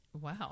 wow